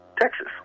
Texas